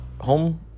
Home